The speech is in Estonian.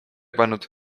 pannud